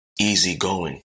easygoing